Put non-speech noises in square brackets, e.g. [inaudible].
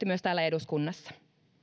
[unintelligible] myös täällä eduskunnassa